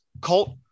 Colt